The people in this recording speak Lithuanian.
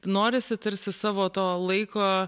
norisi tarsi savo to laiko